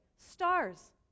Stars